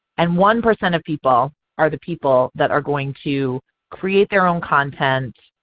and one percent of people are the people that are going to create their own content,